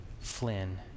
Flynn